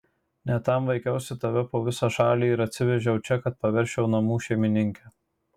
ne tam vaikiausi tave po visą šalį ir atsivežiau čia kad paversčiau namų šeimininke